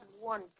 One